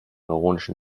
ironischen